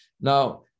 Now